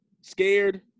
scared